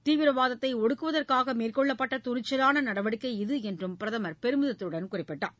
தீவிரவாதத்தை ஒடுக்குவதற்காக மேற்கொள்ளப்பட்ட துணிச்சலான நடவடிக்கை இது என்றும் பிரதமர் பெருமிதத்துடன் குறிப்பிட்டார்